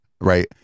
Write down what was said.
right